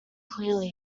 clearly